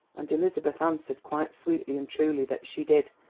and elizabeth answered quite sweetly and truly that she did.